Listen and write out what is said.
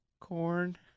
corn